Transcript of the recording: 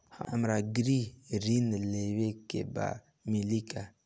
हमरा गृह ऋण लेवे के बा मिली का?